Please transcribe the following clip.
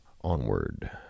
onward